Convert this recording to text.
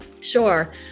Sure